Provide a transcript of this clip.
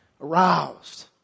aroused